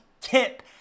tip